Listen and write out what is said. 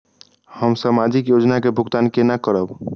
हम सामाजिक योजना के भुगतान केना करब?